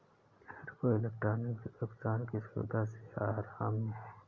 हर कोई electronic bill भुगतान की सुविधा से आराम में है